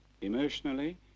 Emotionally